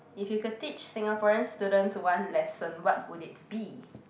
if you could teach Singaporean students one lesson what would it be